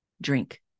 drink